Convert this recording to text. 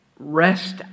rest